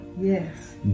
Yes